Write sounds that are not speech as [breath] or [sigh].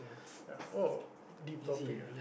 [breath] !wow! deep topic ah